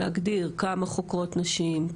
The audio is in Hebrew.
להגדיר כמה חוקרות נשים,